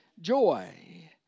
joy